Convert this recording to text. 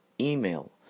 email